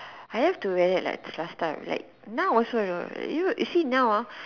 I have to very late like last time like now also you know you you see now ah